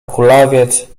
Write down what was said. kulawiec